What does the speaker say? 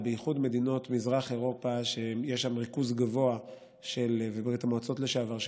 ובייחוד מדינות מזרח אירופה וברית המועצות לשעבר,